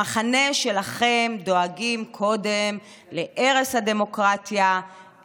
במחנה שלכם דואגים קודם להרס הדמוקרטיה,